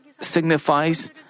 signifies